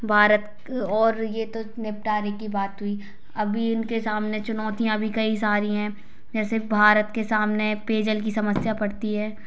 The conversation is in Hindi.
भारत और ये तो निपटारे की बात हुई अभी इनके सामने चुनौतियाँ भी कई सारी हैं जैसे भारत के सामने पेय जल की समस्या पड़ती है